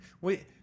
Wait